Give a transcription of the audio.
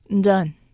Done